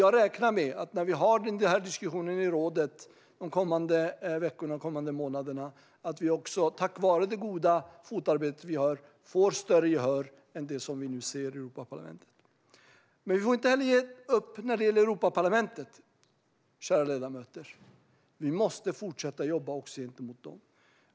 Jag räknar med att vi när vi har denna diskussion i rådet de kommande veckorna och månaderna också, tack vare det goda fotarbete vi gör, får större gehör än det vi nu ser i Europaparlamentet. Men vi får inte heller ge upp när det gäller Europaparlamentet, kära ledamöter. Vi måste fortsätta jobba också gentemot dem.